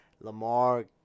Lamar